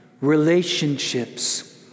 relationships